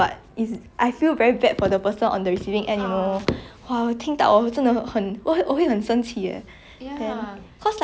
and cause like fat it's not just because of diet like can be because of stress you know yeah so